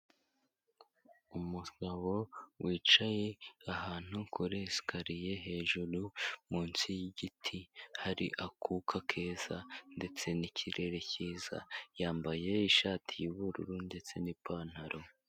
Umugabo wicaye ahantu kuri esikariye hejuru munsi y'igiti, hari akuka keza ndetse n'ikirere cyiza, yambaye ishati y'ubururu ndetse n'ipantaro.